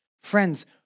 Friends